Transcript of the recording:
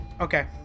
okay